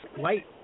light